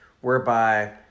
whereby